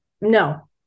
no